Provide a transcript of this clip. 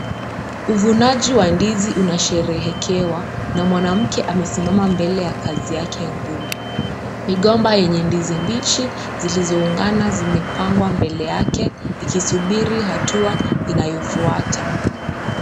Uvunaji wa ndizi unasherehekewa na mwanamke amesimama mbele ya kazi yake ngumu. Migomba yenye ndizi mbichi zilizoungana zimepangwa mbele yake ikisubiri hatua inayofuata.